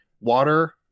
water